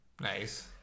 nice